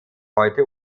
heute